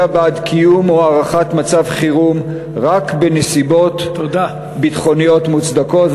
בעד קיום או הארכת מצב חירום רק בנסיבות ביטחוניות מוצדקות.